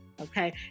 okay